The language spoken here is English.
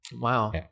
Wow